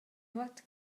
nuot